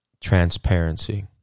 Transparency